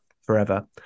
forever